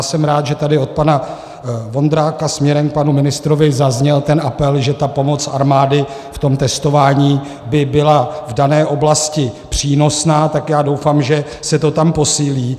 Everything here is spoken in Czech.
Jsem rád, že tady od pana Vondráka směrem k panu ministrovi zazněl ten apel, že ta pomoc armády v testování by byla v dané oblasti přínosná, tak já doufám, že se to tam posílí.